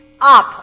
up